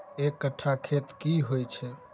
एक कट्ठा खेत की होइ छै?